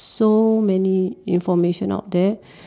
so many information out there